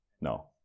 no